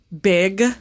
Big